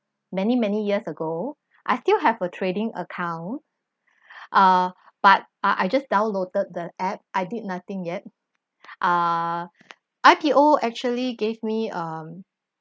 many many years ago I still have a trading account uh but uh I just downloaded the app I did nothing yet uh I_P_O_ actually gave me um